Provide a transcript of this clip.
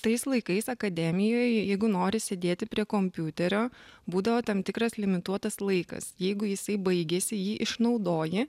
tais laikais akademijoj jeigu nori sėdėti prie kompiuterio būdavo tam tikras limituotas laikas jeigu jisai baigėsi jį išnaudoji